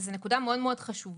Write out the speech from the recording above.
שזו נקודה מאוד חשובה.